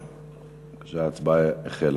בבקשה, ההצבעה החלה.